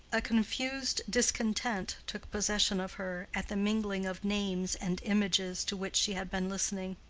a confused discontent took possession of her at the mingling of names and images to which she had been listening.